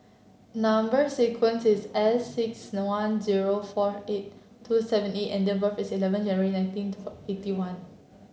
number sequence is S six one zero four eight two seven E and date of birth is eleven January nineteen eighty one